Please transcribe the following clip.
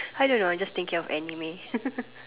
I don't know I just thinking of anime